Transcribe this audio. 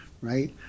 right